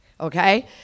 okay